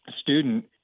student